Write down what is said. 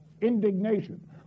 indignation